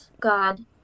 God